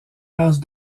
race